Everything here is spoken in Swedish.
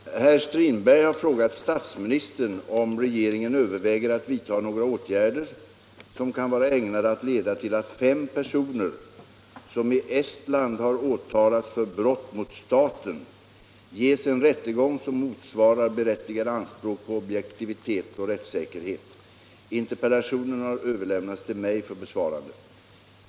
Herr talman! Herr Strindberg har frågat statsministern om regeringen överväger att vidta några åtgärder som kan vara ägnade att leda till att fem personer, som i Estland har åtalats för brott mot staten, ges en rättegång som motsvarar berättigade anspråk på objektivitet och rättssäkerhet. Interpellationen har överlämnats till mig för besvarande.